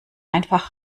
einfach